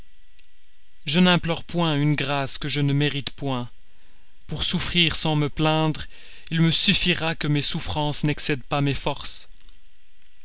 je n'implore point une grâce que je ne mérite point pour souffrir sans me plaindre il me suffira que mes souffrances n'excèdent pas mes forces